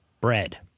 bread